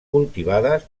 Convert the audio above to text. cultivades